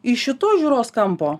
iš šitos žiūros kampo